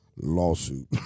Lawsuit